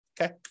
Okay